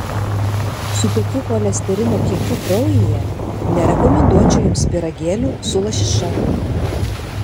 su tokiu cholesterino kiekiu kraujyje nerekomenduočiau jums pyragėlių su lašiša